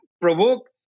provoke